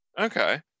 Okay